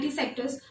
sectors